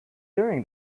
during